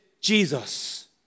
Jesus